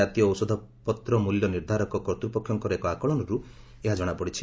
ଜାତୀୟ ଔଷଧପତ୍ର ମୂଲ୍ୟ ନିର୍ଦ୍ଧାରିକ କର୍ତ୍ତୃପକ୍ଷଙ୍କର ଏକ ଆକଳନରୁ ଏହା ଜଣାପଡ଼ିଛି